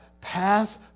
pass